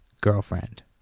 girlfriend